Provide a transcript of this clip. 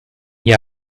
gli